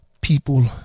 people